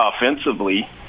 offensively